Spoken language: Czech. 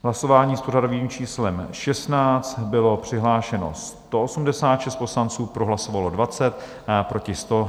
V hlasování s pořadovým číslem 16 bylo přihlášeno 186 poslanců, pro hlasovalo 20, proti 100.